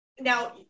now